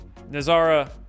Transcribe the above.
Nazara